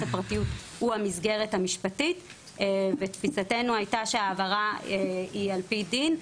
הפרטיות הוא המסגרת המשפטית ותפיסתנו הייתה שההעברה היא על פי דין.